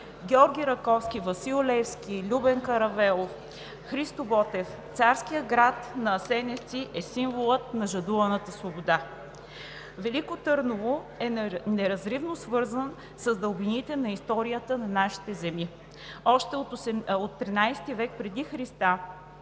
Георги Раковски, Васил Левски, Любен Каравелов, Христо Ботев, царският град на Асеневци е символът на жадуваната свобода. Велико Търново е неразривно свързан с дълбините на историята на нашите земи. Още от XIII век преди Христа